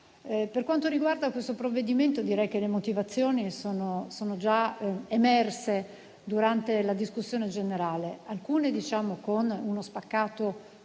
Per quanto riguarda il provvedimento in esame, le motivazioni sono già emerse durante la discussione generale, alcune con uno spaccato